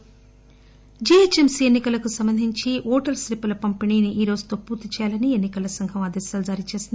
GHMC GHMC ఎన్ని కలకు సంబంధించి ఓటరు స్లిప్పుల పంపిణీని ఈ రోజుతో పూర్తి చేయాలని ఎన్ని కల సంఘం ఆదేశాలు జారీ చేసింది